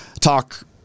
talk